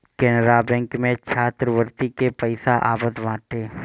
Canara bank में छात्रवृत्ति के पईसा आवत बाटे